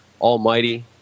almighty